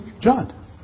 John